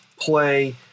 play